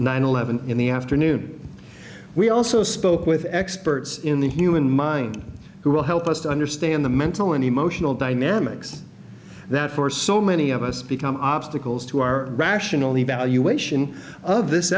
nine eleven in the afternoon we also spoke with experts in the human mind who will help us to understand the mental and emotional dynamics that for so many of us become obstacles to our rational evaluation of this